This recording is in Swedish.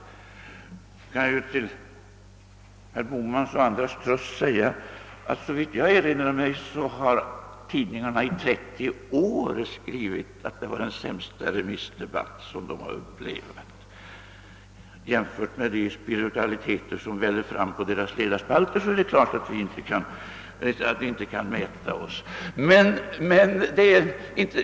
Men jag kan till herr Bohmans och andras tröst säga att såvitt jag erinrar mig har tidningarna i trettio år skrivit att det var den sämsta remissdebatt de har upplevat. Och det är klart att våra an föranden inte kan mäta sig med de spiritualiteter som väller fram på deras ledarspalter.